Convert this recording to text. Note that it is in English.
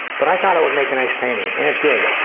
but i thought it would make a nice painting and it did.